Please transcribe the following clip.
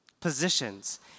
positions